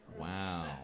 Wow